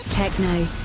techno